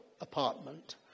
apartment